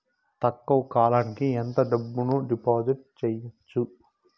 తక్కువ కాలానికి ఎంత డబ్బును డిపాజిట్లు చేయొచ్చు?